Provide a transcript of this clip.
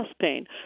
pain